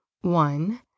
One